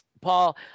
Paul